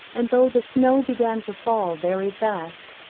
and though the snow began to fall very fast,